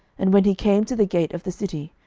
and when he came to the gate of the city,